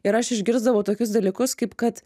ir aš išgirsdavau tokius dalykus kaip kad